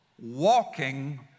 walking